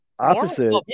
Opposite